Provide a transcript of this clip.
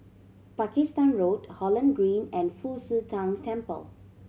Pakistan Road Holland Green and Fu Xi Tang Temple